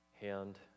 hand